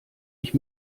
ich